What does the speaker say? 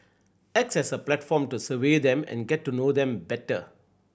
acts as a platform to survey them and get to know them better